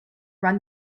run